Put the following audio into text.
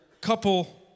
couple